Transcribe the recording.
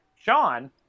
Sean